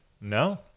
No